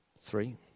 Three